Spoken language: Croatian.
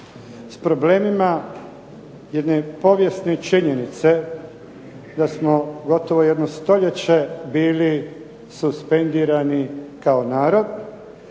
s problemima jedne povijesne činjenice da smo gotovo jedno stoljeće bili suspendirani kao narod.